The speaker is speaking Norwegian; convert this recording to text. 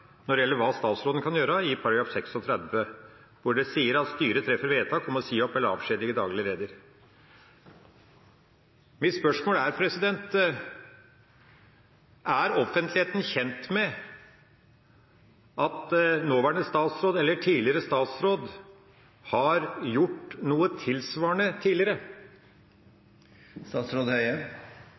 når det gjelder hva statsråden kan gjøre, i § 36, der det sies at styret treffer vedtak om å si opp eller avskjedige daglig leder. Mitt spørsmål er: Er offentligheten kjent med at tidligere statsråder har gjort noe tilsvarende tidligere?